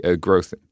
growth